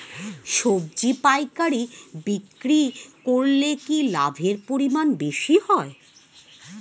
সবজি পাইকারি বিক্রি করলে কি লাভের পরিমাণ বেশি হয়?